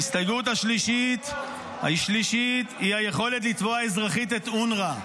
ההסתייגות השלישית היא היכולת לתבוע אזרחית את אונר"א.